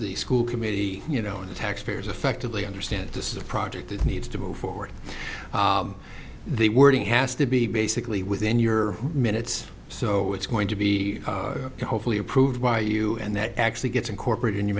the school committee you know taxpayers effectively understand this is a project that needs to move forward the wording has to be basically within your minutes so it's going to be hopefully approved by you and that actually gets incorporated in your